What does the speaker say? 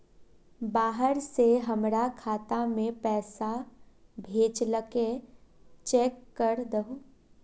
बाहर से हमरा खाता में पैसा भेजलके चेक कर दहु?